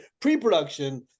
pre-production